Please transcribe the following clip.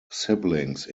siblings